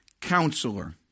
Counselor